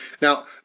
Now